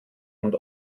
und